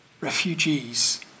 refugees